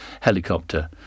helicopter